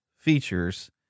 Features